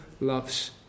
loves